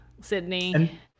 Sydney